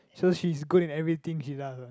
so she is good in everything she like lah